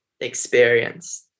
experience